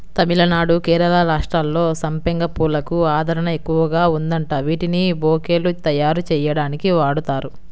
తమిళనాడు, కేరళ రాష్ట్రాల్లో సంపెంగ పూలకు ఆదరణ ఎక్కువగా ఉందంట, వీటిని బొకేలు తయ్యారుజెయ్యడానికి వాడతారు